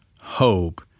hope